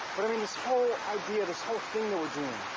but i mean, this whole idea, this whole thing that we're doing.